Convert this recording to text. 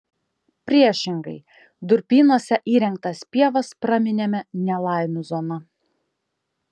priešingai durpynuose įrengtas pievas praminėme nelaimių zona